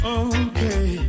okay